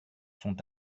sont